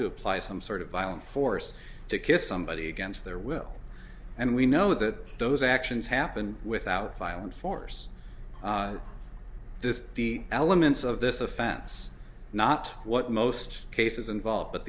to apply some sort of violent force to kiss somebody against their will and we know that those actions happen without violent force is the elements of this offense not what most cases involve but